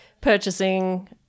purchasing